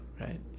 Right